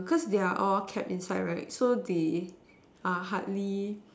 cause they are kept inside right so they are hardly